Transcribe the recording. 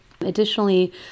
Additionally